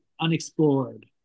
unexplored